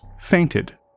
fainted